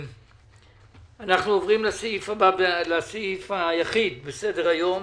אנחנו עוברים לסעיף היחיד שבסדר היום: